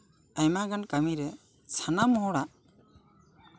ᱟᱭᱢᱟ ᱜᱟᱱ ᱠᱟᱹᱢᱤᱨᱮ ᱥᱟᱱᱟᱢ ᱦᱚᱲᱟᱜ